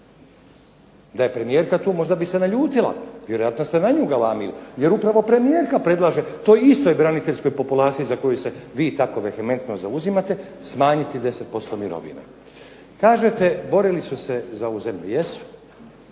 Da je premijerka tu možda bi se naljutila, vjerojatno ste na nju galamili. Jer upravo premijerka predlaže toj istoj braniteljskoj populaciji za koju se vi tako vehementno zauzimate smanjiti 10% mirovina. Kažete borili su se za ovu zemlju. Jesu,